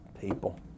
people